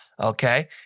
Okay